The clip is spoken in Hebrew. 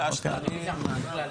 אם תסיר אני אסיר.